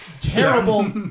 terrible